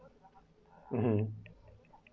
mmhmm